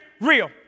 real